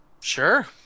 Sure